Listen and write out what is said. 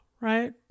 right